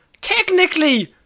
Technically